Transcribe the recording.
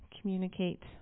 communicate